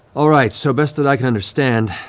all right, so best that i can understand,